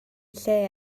lle